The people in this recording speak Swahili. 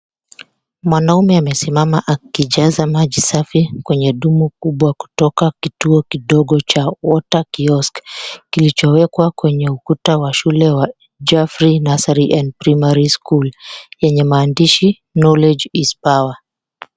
Mwanamume amesimama akijaza maji safi kwenye dumu kubwa kutoka kituo kidogo cha Water Kiosk , kilichowekwa kwenye ukuta wa shule wa, Geoffrey Nursery and Primary School, wenye maandishi, Knowledge is Power.